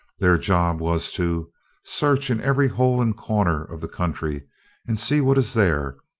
their job was to search in every hole and corner of the country and see what is there,